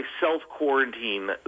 self-quarantine